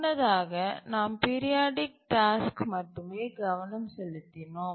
முன்னதாக நாம் பீரியாடிக் டாஸ்கில் மட்டுமே கவனம் செலுத்தினோம்